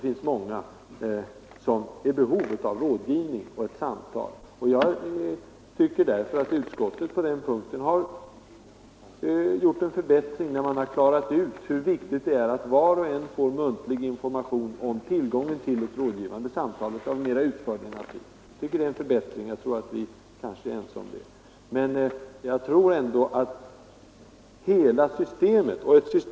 Många är givetvis i behov av rådgivning och ett samtal. Jag tycker därför att utskottet på denna punkt gjort en förbättring genom att klara ut hur viktigt det är att varje kvinna får muntlig information om möjligheten till ett rådgivande samtal av mera utförlig natur. Vi kanske är ense om att detta är en förbättring.